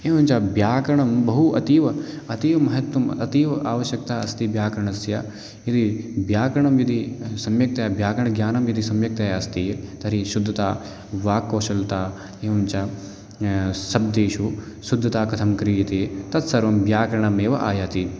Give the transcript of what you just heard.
एवञ्च व्याकरणं बहु अतीव अतीव महत्वम् अतीव आवश्यक्ता अस्ति व्याकरणस्य यदि व्याकरणं यदि सम्यक्तया व्याकरणज्ञानं यदि सम्यक्तया अस्ति तर्हि शुद्धता वाक् कौशलता एवञ्च शब्देषु शुद्धता कथं क्रियते तत् सर्वं व्याकरणमेव आयाति